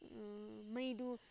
ꯃꯩꯗꯨ